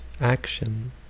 action